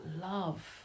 love